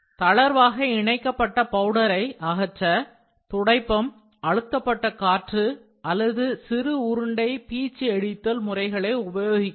தளர்வாக இணைக்கப்பட்ட பவுடரை அகற்ற துடைப்பம் அழுத்தப்பட்ட காற்று அல்லது சிறு உருண்டை பீச்சி அடித்தல் முறைகளை உபயோகிக்கலாம்